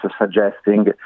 suggesting